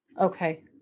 Okay